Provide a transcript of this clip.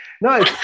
No